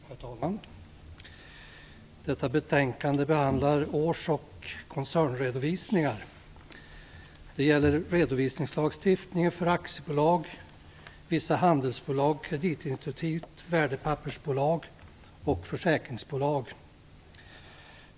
Herr talman! Detta betänkande behandlar års och koncernredovisningar. Det gäller redovisningslagstiftningen för aktiebolag, vissa handelsbolag, kreditinstitut, värdepappersbolag och försäkringsbolag.